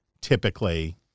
typically